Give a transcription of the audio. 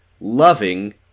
loving